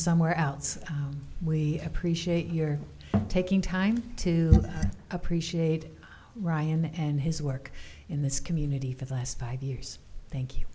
somewhere else we appreciate your taking time to appreciate ryan and his work in this community for the last five years thank you